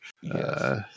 Yes